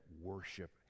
worship